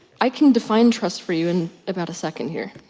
i can define trust for you in about a second here.